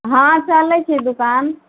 हँ चलय छी दोकान